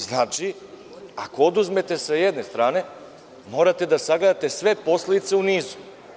Znači, ako oduzmete s jedne strane, morate da sagledate sve posledice u nizu.